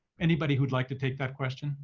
anybody who'd like to take that question